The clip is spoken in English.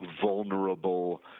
vulnerable